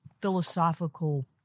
philosophical